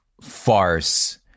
farce